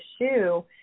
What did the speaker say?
shoe